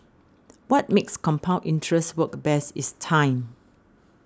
what makes compound interest work best is time